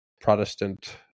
Protestant